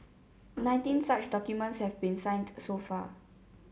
nineteen such documents have been signed so far